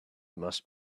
must